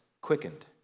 quickened